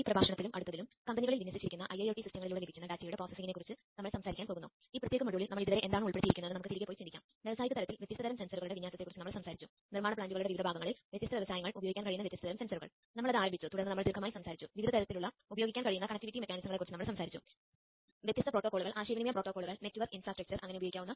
IIoT ക്കായുള്ള connectivity സ്വീകരിക്കുന്നതും അടിസ്ഥാനപരമായി ട്രാൻസ്മിറ്ററിൽ നിന്ന് അയച്ച വിവരങ്ങൾ കാണിക്കുന്നതും ഞാൻ കാണിച്ചുതരാൻ പോകുന്നു